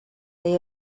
they